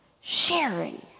sharing